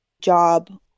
job